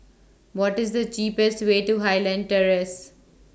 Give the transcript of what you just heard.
What IS The cheapest Way to Highland Terrace